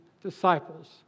disciples